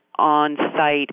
on-site